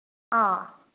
ꯑꯥ